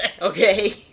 Okay